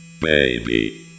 baby